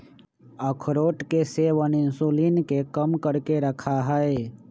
अखरोट के सेवन इंसुलिन के कम करके रखा हई